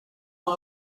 our